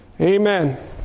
Amen